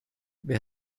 wer